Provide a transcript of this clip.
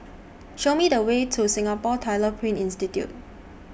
Show Me The Way to Singapore Tyler Print Institute